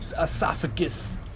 esophagus